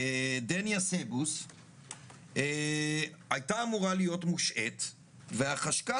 דניה סיבוס הייתה אמורה להיות מושעית והחשכ"ל,